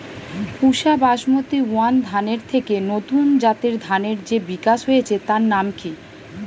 পুসা Basmati one ধানের থেকে নতুন জাতের ধানের যে বিকাশ হয়েছে তার নাম কি?